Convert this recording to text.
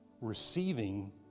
receiving